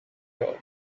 job